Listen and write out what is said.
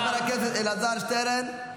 חבר הכנסת אלעזר שטרן,